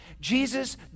Jesus